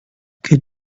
could